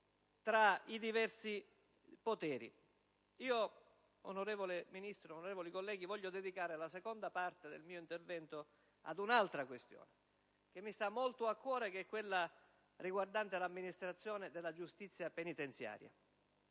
dei poteri. Onorevole Ministro, onorevole colleghi, voglio dedicare la seconda parte del mio intervento ad un'altra questione che mi sta molto a cuore: quella riguardante l'amministrazione della giustizia penitenziaria.